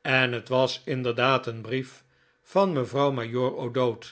en het was inderdaad een brief van mevrouw